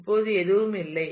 இப்போது எதுவும் இல்லை